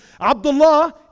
abdullah